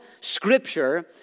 Scripture